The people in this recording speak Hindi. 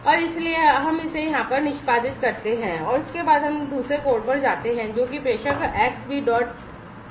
और इसलिए हम इसे यहाँ पर निष्पादित करते हैं और उसके बाद हम दूसरे कोड पर जाते हैं जो कि प्रेषक x b dot pi है